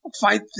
fight